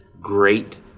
great